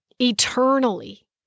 eternally